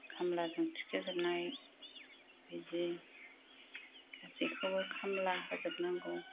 खामलाजों थिखोजोबनाय बिदि गासैखौबो खामला होजोबनांगौ